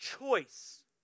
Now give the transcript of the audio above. choice